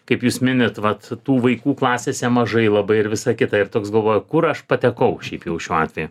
kaip jūs minit vat tų vaikų klasėse mažai labai ir visą kitą ir toks galvoji kur aš patekau šiaip jau šiuo atveju